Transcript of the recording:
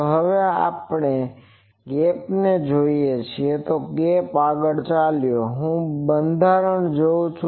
તો ચાલો હવે આપણે ગેપને જોઈએતો ગેપ આગળ ચાલો હું આ બંધારણ જોઉં